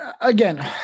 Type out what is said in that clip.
Again